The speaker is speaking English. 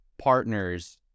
partners